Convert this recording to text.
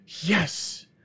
Yes